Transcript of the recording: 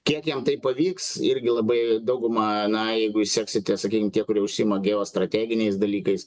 kiek jam tai pavyks irgi labai dauguma na jeigu jūs seksite sakysim tie kurie užsiima geostrateginiais dalykais